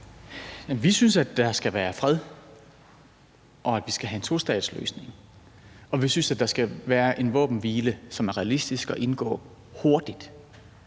Vi synes, at der skal være fred, og at vi skal have en tostatsløsning. Vi synes, at der skal være en våbenhvile, som er realistisk at indgå hurtigt.